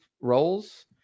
roles